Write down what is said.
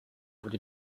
wurde